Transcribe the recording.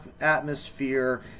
atmosphere